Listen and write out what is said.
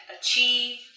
achieve